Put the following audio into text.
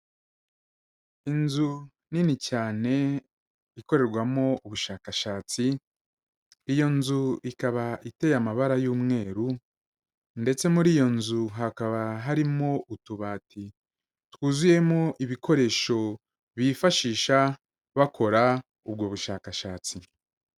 Inzu nini cyane ikorerwamo ubushakashatsi, iyo nzu ikaba iteye amabara y'umweru ndetse muri iyo nzu hakaba harimo utubati twuzuyemo ibikoresho bifashisha bakora ubwo bushakashatsi.